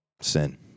sin